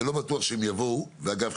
שלא בטוח שהם יבואו ואגב,